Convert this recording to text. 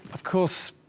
of course,